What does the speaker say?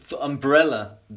umbrella